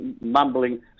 mumbling